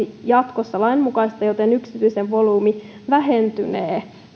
jatkossa lain mukaista joten yksityisten volyymi vähentynee